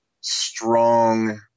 strong